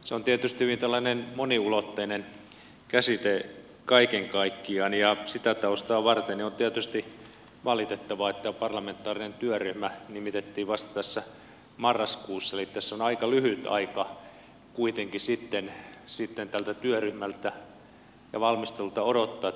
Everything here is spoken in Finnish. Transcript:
se on tietysti hyvin moniulotteinen käsite kaiken kaikkiaan ja sitä taustaa vasten on tietysti valitettavaa että parlamentaarinen työryhmä nimitettiin vasta marraskuussa eli tässä on aika lyhyt aika kuitenkin tältä työryhmältä ja valmistelulta odottaa